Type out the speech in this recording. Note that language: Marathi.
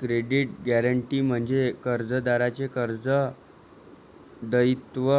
क्रेडिट गॅरंटी म्हणजे कर्जदाराचे कर्ज दायित्व